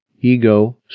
ego